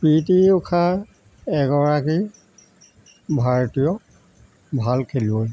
প্ৰীতি উষা এগৰাকী ভাৰতীয় ভাল খেলুৱৈ